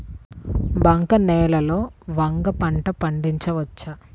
బంక నేలలో వంగ పంట పండించవచ్చా?